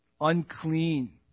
unclean